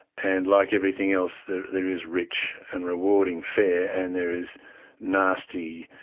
and like everything else there there is rich and rewarding fare and there is nasty,